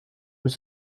was